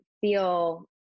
feel